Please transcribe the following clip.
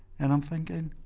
and i'm thinking,